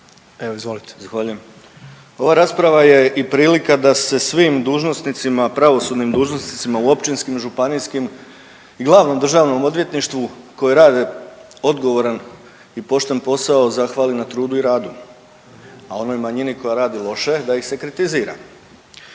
Arsen (SDP)** Zahvaljujem. Ova rasprava je i prilika da se svim dužnosnicima, pravosudnim dužnosnicima u Općinskim, Županijskim i Glavnom državnom odvjetništvu koje rade odgovoran i pošten posao zahvali na trudu i radu, a onoj manjini koja radi loše da ih se kritizira.